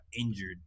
injured